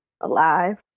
alive